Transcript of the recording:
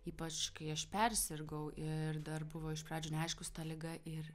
ypač kai aš persirgau ir dar buvo iš pradžių neaišku su ta liga ir